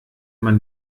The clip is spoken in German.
man